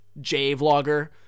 J-vlogger